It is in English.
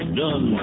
done